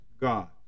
God